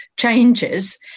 Changes